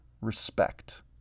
respect